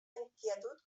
inquietud